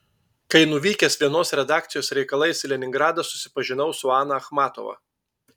kai nuvykęs vienos redakcijos reikalais į leningradą susipažinau su ana achmatova